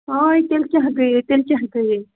ہاے تیٚلہِ کیٛاہ گٔیے یہِ تیٚلہِ کیٛاہ گٔے یہِ